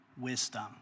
wisdom